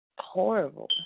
horrible